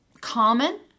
common